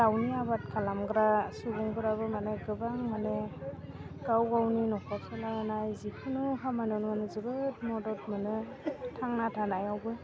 दाउनि आबाद खालामग्रा सुबुंफोराबो माने गोबां माने गाव गावनि न'खर सलायनाय जिखुनु खामानियावनो माने जोबोद मदद मोनो थांना थानायावबो